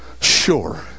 sure